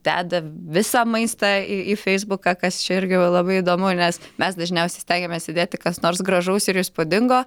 deda visą maistą į į feisbuką kas čia irgi labai įdomu nes mes dažniausiai stengiamės įdėti kas nors gražaus ir įspūdingo